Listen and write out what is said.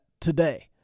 today